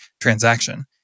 transaction